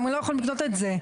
הם גם לא יכולים לקנות את זה.